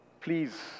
please